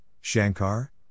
Shankar